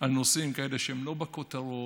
על נושאים כאלה שהם לא בכותרות,